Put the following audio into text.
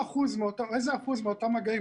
איזה אחוז מאותם מגעים,